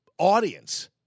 Audience